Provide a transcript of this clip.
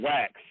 Wax